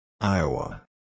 Iowa